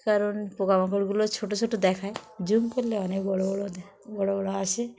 কারণ পোকামাকড়গুলো ছোট ছোট দেখায় জুম করলে অনেক বড় বড় দ্যাহ বড় বড় আসে